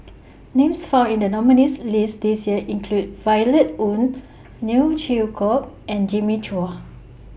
Names found in The nominees' list This Year include Violet Oon Neo Chwee Kok and Jimmy Chua